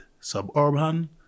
suburban